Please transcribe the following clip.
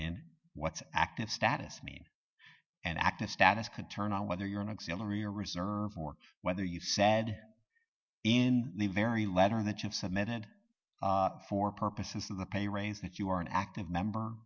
and what's active status mean and active status could turn on whether you're an auxiliary or reserve or whether you said in the very letter that you've submitted for purposes of the pay raise that you are an active member